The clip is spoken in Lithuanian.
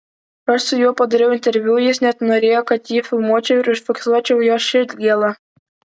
aš su juo padariau interviu jis net norėjo kad jį filmuočiau ir užfiksuočiau jo širdgėlą